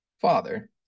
father